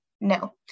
no